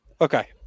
Okay